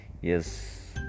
Yes